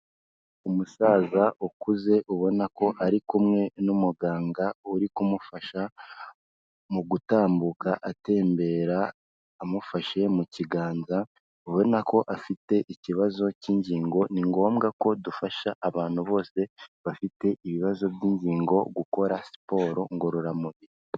Umusaza ukuze ubona ko ari kumwe n'umuganga uri kumufasha mu gutambuka atembera, amufashe mu kiganza, ubona ko afite ikibazo k'ingingo. Ni ngombwa ko dufasha abantu bose bafite ibibazo by'ingingo gukora siporo ngororamubiri.